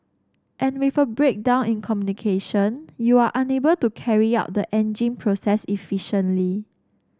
and with a breakdown in communication you are unable to carry out the engine process efficiently